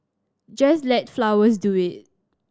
just let flowers do it